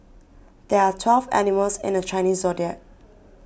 there are twelve animals in the Chinese zodiac